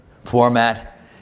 format